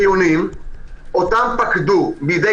מטעם